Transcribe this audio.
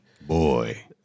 Boy